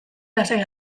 lasai